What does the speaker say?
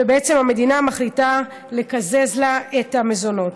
והמדינה מחליטה לקזז לה את המזונות.